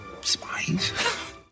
spies